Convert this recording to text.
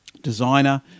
designer